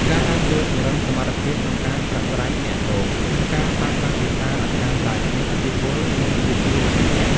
ការអានជួយពង្រឹងសមត្ថភាពក្នុងការប្រាស្រ័យទាក់ទង និងការប្រើប្រាស់ភាសាឱ្យកាន់តែមានឥទ្ធិពល និងវិជ្ជាជីវៈ។